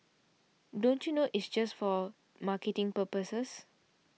don't you know it's just for marketing purposes